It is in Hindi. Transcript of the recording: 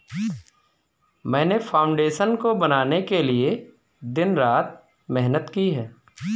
मैंने फाउंडेशन को बनाने के लिए दिन रात मेहनत की है